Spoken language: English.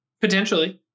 potentially